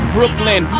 Brooklyn